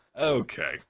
okay